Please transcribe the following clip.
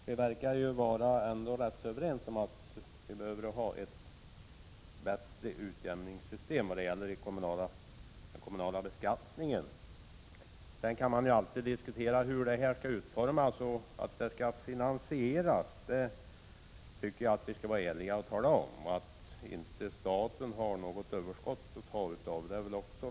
Herr talman! Vi verkar vara ganska överens om att det behövs ett bättre kommunalt skatteutjämningssystem. Sedan kan man alltid diskutera hur det skall utformas. I frågan om hur det skall finansieras tycker jag att vi skall vara ärliga och tala om att staten inte har något överskott att ta av.